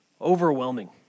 overwhelming